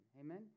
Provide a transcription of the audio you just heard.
Amen